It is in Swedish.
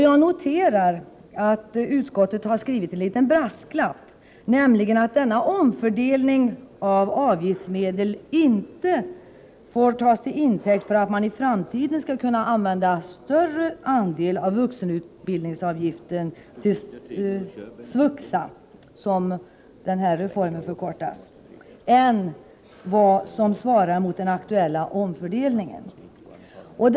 Jag noterar att utskottet har skrivit en liten brasklapp, nämligen att denna omfördelning av avgiftsmedel inte får tas till intäkt för att man i framtiden skall kunna använda en större andel av vuxenutbildningsavgiften - SVUXA, som denna reform förkortas — än vad som svarar mot den aktuella Nr 161 omfördelningen.